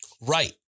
Right